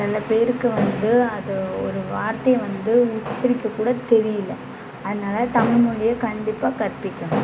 சில பேருக்கு வந்து அது ஒரு வார்த்தையை வந்து உச்சரிக்கக்கூட தெரியல அதனால தமிழ்மொலிய கண்டிப்பாக கற்பிக்கணும்